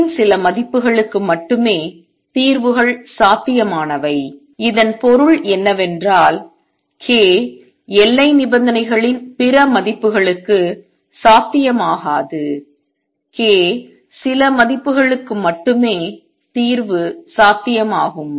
K இன் சில மதிப்புகளுக்கு மட்டுமே தீர்வுகள் சாத்தியமானவை இதன் பொருள் என்னவென்றால் k எல்லை நிபந்தனைகளின் பிற மதிப்புகளுக்கு சாத்தியமாகாது k சில மதிப்புகளுக்கு மட்டுமே தீர்வு சாத்தியமாகும்